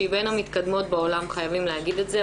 שהיא בין המתקדמות בעולם חייבים להגיד את זה,